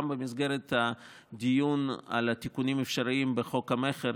גם במסגרת הדיון על תיקונים אפשריים בחוק המכר,